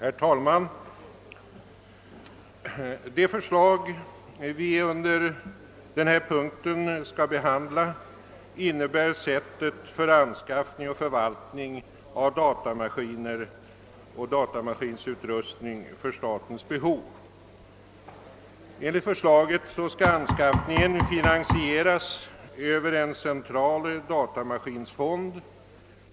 Herr talman! Det förslag vi skall behandla under denna punkt rör sättet för anskaffning och förvaltning av datamaskiner och datamaskinutrustning för statens behov. Enligt förslaget skall anskaffningen finansieras över en central datamaskinfond.